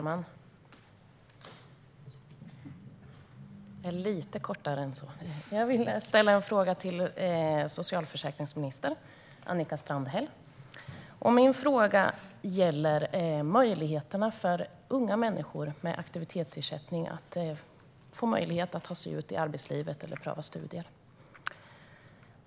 Herr talman! Jag vill ställa en fråga till socialförsäkringsminister Annika Strandhäll. Min fråga gäller möjligheterna för unga människor med aktivitetsersättning att ta sig ut i arbetslivet eller pröva studier.